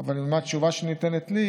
לא חשופים לפניי, אבל התשובה שניתנת לי: